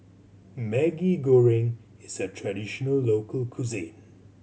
Maggi Goreng is a traditional local cuisine